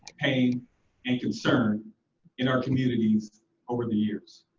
pain and concern in our communities over the years.